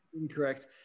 Incorrect